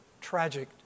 Tragic